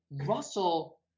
Russell